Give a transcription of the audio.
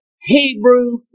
Hebrew